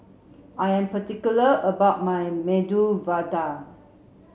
I am particular about my Medu Vada